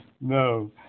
no